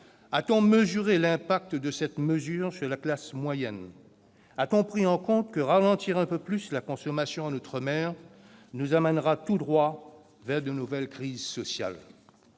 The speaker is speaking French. A-t-on évalué les effets de cette mesure sur la classe moyenne ? A-t-on pris en compte que ralentir un peu plus la consommation en outre-mer nous amènera tout droit vers de nouvelles crises sociales ?